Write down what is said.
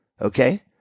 Okay